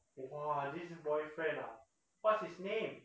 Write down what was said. !wah! this boyfriend ah what's his name